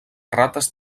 rates